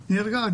נהרגה,